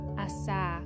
asa